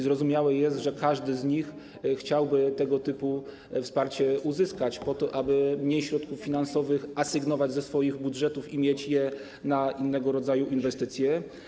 Zrozumiałe jest, że każdy z nich chciałby tego typu wsparcie uzyskać po to, aby mniej środków finansowych asygnować ze swoich budżetów i mieć je na innego rodzaju inwestycje.